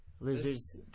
Lizards